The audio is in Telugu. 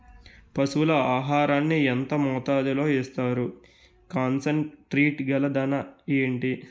పశువుల ఆహారాన్ని యెంత మోతాదులో ఇస్తారు? కాన్సన్ ట్రీట్ గల దాణ ఏంటి?